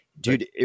dude